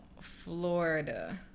Florida